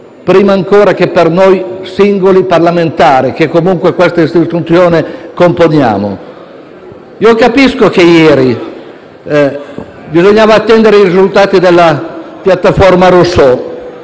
prima ancora che per noi singoli parlamentari, che comunque questa istituzione componiamo. Capisco che ieri bisognava attendere i risultati della piattaforma Rousseau: